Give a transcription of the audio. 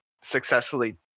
successfully